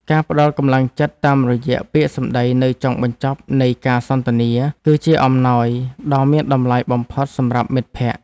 ការផ្ដល់កម្លាំងចិត្តតាមរយៈពាក្យសម្តីនៅចុងបញ្ចប់នៃការសន្ទនាគឺជាអំណោយដ៏មានតម្លៃបំផុតសម្រាប់មិត្តភក្តិ។